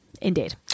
indeed